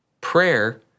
Prayer